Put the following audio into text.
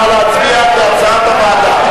נא להצביע על הסעיף כהצעת הוועדה.